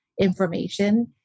information